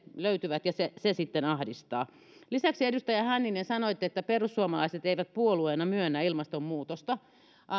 löytyvät ja se se sitten ahdistaa lisäksi edustaja hänninen sanoitte että perussuomalaiset eivät puolueena myönnä ilmastonmuutosta